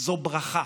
זו ברכה.